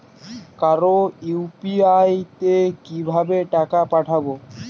কারো ইউ.পি.আই তে কিভাবে টাকা পাঠাবো?